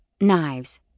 knives